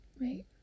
Right